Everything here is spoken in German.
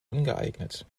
ungeeignet